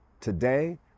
Today